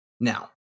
Now